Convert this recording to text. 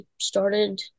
started